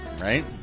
right